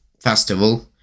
festival